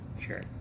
sure